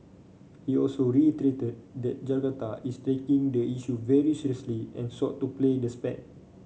he also reiterated that Jakarta is taking the issue very seriously and sought to play the spat